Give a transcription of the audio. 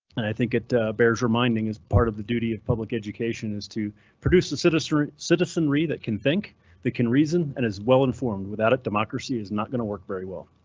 and i think it bears reminding is part of the duty of public education is to produce a citizenry citizenry that can think that can reason, and as well informed without it, democracy is not going to work very well.